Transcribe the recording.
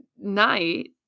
night